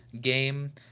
game